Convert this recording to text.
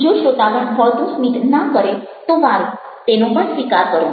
જો શ્રોતાગણ વળતું સ્મિત ના કરે તો વારુ તેનો પણ સ્વીકાર કરો